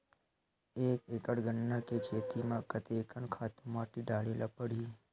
एक एकड़ गन्ना के खेती म कते कन खातु माटी डाले ल पड़ही?